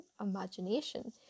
imagination